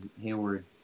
Hayward